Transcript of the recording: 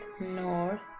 north